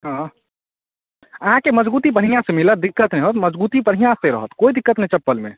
हँ अहाँके मजगूती बढ़िआँ से मिलत दिक्कत नहि होयत मजगूती बढ़िआँ से रहत कोइ दिक्कत नहि चप्पलमे